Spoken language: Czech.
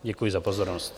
Děkuji za pozornost.